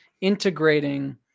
integrating